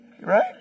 right